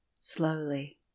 Slowly